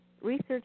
research